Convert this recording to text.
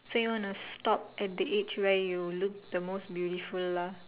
so you wanna stop at the age where you look the most beautiful lah